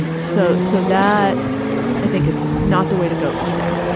and so so that i think is not the way to go either.